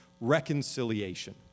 reconciliation